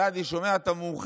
ואז אני שומע את המומחה,